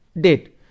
date